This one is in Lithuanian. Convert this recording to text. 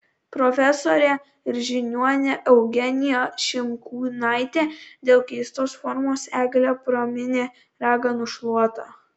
profesorė ir žiniuonė eugenija šimkūnaitė dėl keistos formos eglę praminė raganų šluota